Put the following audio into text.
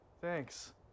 Thanks